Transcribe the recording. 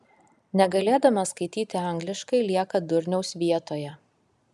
negalėdamas skaityti angliškai lieka durniaus vietoje